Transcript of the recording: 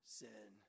sin